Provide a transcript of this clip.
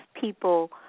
people